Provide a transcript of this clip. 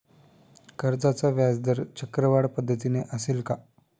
कर्जाचा व्याजदर चक्रवाढ पद्धतीने असेल का?